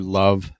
love